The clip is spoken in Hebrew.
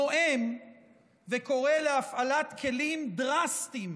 נואם וקורא להפעלת כלים דרסטיים